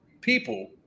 people